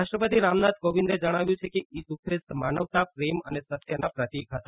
રાષ્ટ્રપતિ રામનાથ કોવિંદે જણાવ્યું છે કે ઈસ્રુ પ્રિસ્તી માનવતા પ્રેમ અને સત્યના પ્રતિક હતા